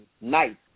nice